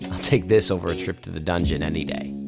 i'll take this over a trip to the dungeon any day.